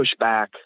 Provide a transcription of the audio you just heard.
pushback